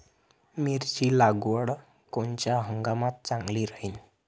मिरची लागवड कोनच्या हंगामात चांगली राहीन?